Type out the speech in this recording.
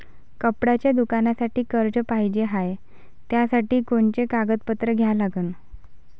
कपड्याच्या दुकानासाठी कर्ज पाहिजे हाय, त्यासाठी कोनचे कागदपत्र द्या लागन?